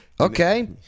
Okay